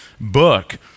book